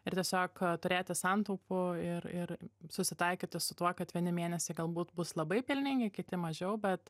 ir tiesiog turėti santaupų ir ir susitaikyti su tuo kad vieni mėnesiai galbūt bus labai pelningi kiti mažiau bet